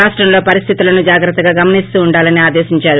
రాష్టంలో పరిస్గితులను జాగ్రత్తగా గమనిస్తుండాలని ఆదేశించారు